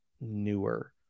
newer